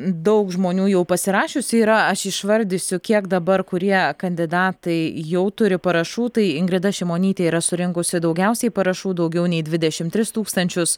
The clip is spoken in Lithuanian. daug žmonių jau pasirašiusių yra aš išvardysiu kiek dabar kurie kandidatai jau turi parašų tai ingrida šimonytė yra surinkusi daugiausiai parašų daugiau nei dvidešimt tris tūkstančius